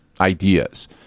ideas